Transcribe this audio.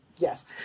Yes